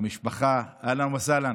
המשפחה, אהלן וסהלן.